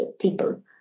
people